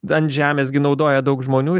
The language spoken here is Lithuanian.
ant žemės gi naudoja daug žmonių